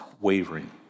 wavering